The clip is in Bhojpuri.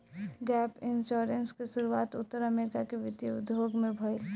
गैप इंश्योरेंस के शुरुआत उत्तर अमेरिका के वित्तीय उद्योग में भईल